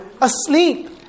asleep